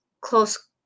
close